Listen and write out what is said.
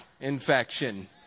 infection